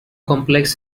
complex